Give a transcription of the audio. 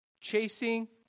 Chasing